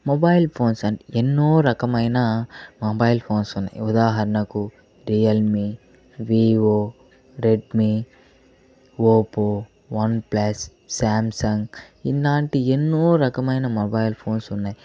mobile phones ఎన్నో రకమైన mobile phones ఉన్నాయి ఉదాహరణకు Realme Vivo Redmi Oppo OnePlus Samsung ఇలాంటి ఎన్నో రకమైన మొబైల్ ఫోన్స్ ఉన్నాయి